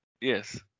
Yes